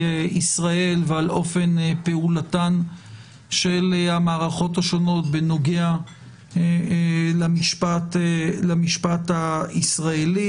ישראל ועל אופן פעולתן של המערכות השונות בנוגע למשפט הישראלי,